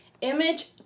Image